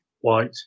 white